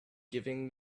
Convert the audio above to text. giving